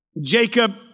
Jacob